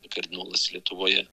kardinolas lietuvoje